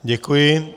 Děkuji.